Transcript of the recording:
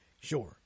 Sure